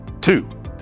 Two